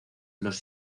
los